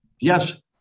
yes